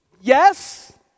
Yes